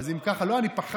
אז אם ככה, לא, אני